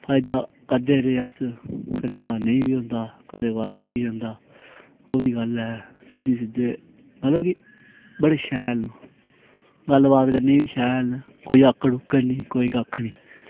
फायदा कढदे रेह अस कदें कबार नेईं बी होंदा कदें कवार होई बी जंदा ओह् बी गल्ल ऐ सिद्धे सिद्धे मतलब कि बड़े शैल ना गल्ल बात करने च बी शैल ना कोई आकड़ औकड़ नेईं कोई कक्ख नेई